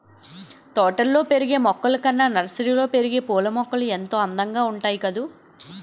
తోటల్లో పెరిగే మొక్కలు కన్నా నర్సరీలో పెరిగే పూలమొక్కలు ఎంతో అందంగా ఉంటాయి కదూ